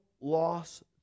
loss